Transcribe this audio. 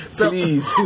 please